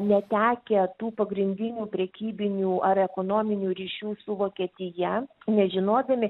netekę tų pagrindinių prekybinių ar ekonominių ryšių su vokietija nežinodami